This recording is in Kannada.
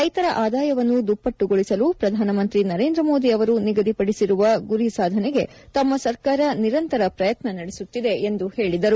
ರೈತರ ಆದಾಯವನ್ನು ದುಪ್ಪಟ್ಟುಗೊಳಿಸಲು ಪ್ರಧಾನಮಂತ್ರಿ ನರೇಂದ್ರ ಮೋದಿ ಅವರು ನಿಗದಿಪಡಿಸಿರುವ ಗುರಿ ಸಾಧನೆಗೆ ತಮ್ಮ ಸರ್ಕಾರ ನಿರಂತರ ಪ್ರಯತ್ನ ನಡೆಸುತ್ತಿದೆ ಎಂದರು